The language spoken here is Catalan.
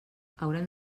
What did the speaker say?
haurem